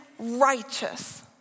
righteous